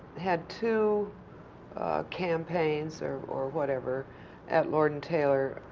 had two campaigns or or whatever at lord and taylor,